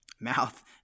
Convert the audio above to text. mouth